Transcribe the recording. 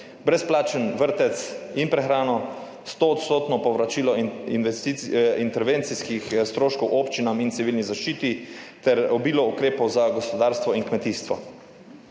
brezplačen vrtec in prehrano, stoodstotno povračilo intervencijskih stroškov občinam in civilni zaščiti ter obilo ukrepov za gospodarstvo in kmetijstvo.